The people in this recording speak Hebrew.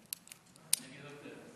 אני חושב, אדוני היושב-ראש,